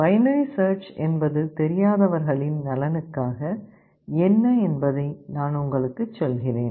binary search என்பது தெரியாதவர்களின் நலனுக்காக என்ன என்பதை நான் உங்களுக்கு சொல்கிறேன்